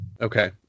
Okay